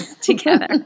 together